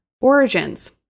origins